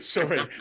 Sorry